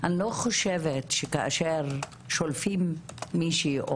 אני לא חושבת שיש משהו שה-CIA יודע